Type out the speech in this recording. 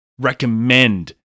recommend